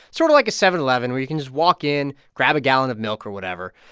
sort of like a seven eleven where you can just walk in, grab a gallon of milk or whatever.